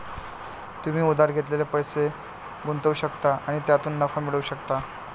तुम्ही उधार घेतलेले पैसे गुंतवू शकता आणि त्यातून नफा मिळवू शकता